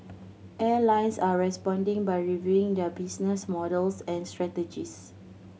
airlines are responding by reviewing their business models and strategies